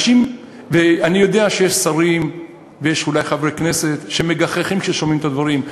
אני יודע שיש שרים ויש אולי חברי כנסת שמגחכים כשהם שומעים את הדברים,